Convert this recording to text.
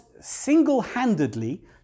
single-handedly